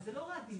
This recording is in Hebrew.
שלא עומד בחוק.